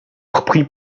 surpris